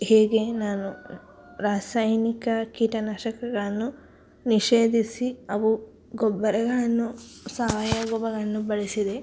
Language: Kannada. ಹೇಗೆ ನಾನು ರಾಸಾಯನಿಕ ಕೀಟನಾಶಕಗಳನ್ನು ನಿಷೇಧಿಸಿ ಅವು ಗೊಬ್ಬರಗಳನ್ನು ಸಾವಯವ ಗೊಬ್ಬರವನ್ನು ಬಳಸಿದೆ